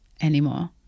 anymore